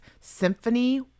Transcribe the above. symphony